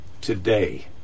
today